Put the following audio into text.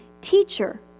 Teacher